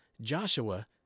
Joshua